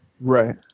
Right